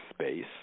space